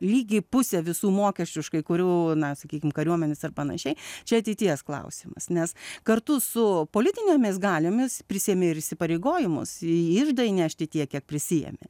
lygiai pusę visų mokesčių iš kai kurių na sakykim kariuomenės ar panašiai čia ateities klausimas nes kartu su politinėmis galiomis prisiėmė ir įsipareigojimus į iždą įnešti tiek kiek prisiėmė